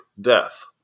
death